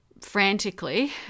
frantically